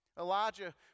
Elijah